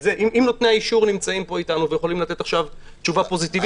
אם נותני האישור נמצאים פה איתנו ויכולים לתת עכשיו תשובה פוזיטיבית,